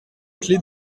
clé